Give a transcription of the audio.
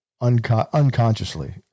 unconsciously